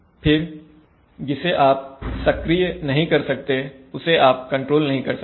फिर जिसे आप सक्रिय नहीं कर सकते उसे आप कंट्रोल नहीं कर सकते